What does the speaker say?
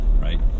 right